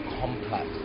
complex